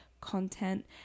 content